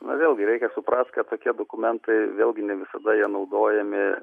na vėlgi reikia suprasti kad tokie dokumentai vėlgi ne visada jie naudojami